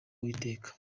uwiteka